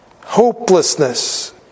hopelessness